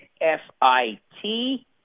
F-I-T